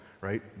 right